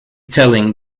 telling